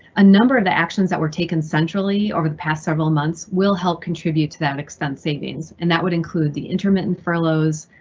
a number of the actions that were taken centrally over the past several months will help contribute to that expense savings. and that would include the intermittent furloughs,